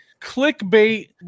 clickbait